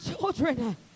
children